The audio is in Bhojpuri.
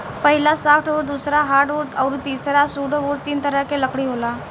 पहिला सॉफ्टवुड दूसरा हार्डवुड अउरी तीसरा सुडोवूड तीन तरह के लकड़ी होला